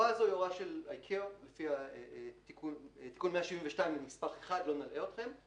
ההוראה היא הוראה של ה-ICAO תיקון 172 לנספח 1,